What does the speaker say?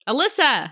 Alyssa